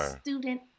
student